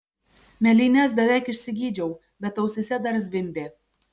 mėlynes beveik išsigydžiau bet ausyse dar zvimbė